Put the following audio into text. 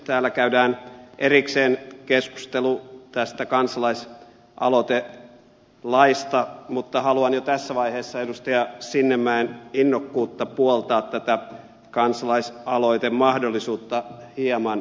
täällä käydään erikseen keskustelu tästä kansalaisaloitelaista mutta haluan jo tässä vaiheessa hieman hillitä edustaja sinnemäen innokkuutta puoltaa tätä kansalaisaloitemahdollisuutta